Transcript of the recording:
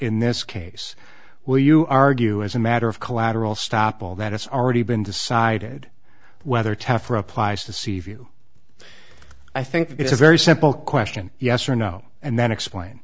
in this case will you argue as a matter of collateral stoppel that it's already been decided whether tougher applies to seaview i think it's a very simple question yes or no and then explain